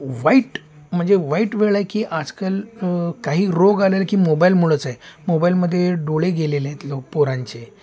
वाईट म्हणजे वाईट वेळ आहे की आजकाल काही रोग आलेलं की मोबाईलमुळेच आहे मोबाईलमध्ये डोळे गेलेले आहेत लोक पोरांचे